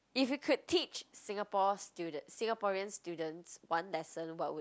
if you could teach Singapore student Singaporean students one lesson what would it be